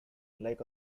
like